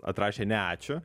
atrašė ne ačiū